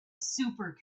super